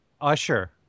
Usher